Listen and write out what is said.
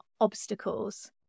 obstacles